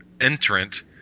entrant